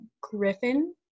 Griffin